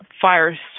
fire